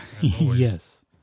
Yes